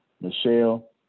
Michelle